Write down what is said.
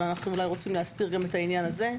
אבל אנחנו רוצים להסדיר את העניין הזה,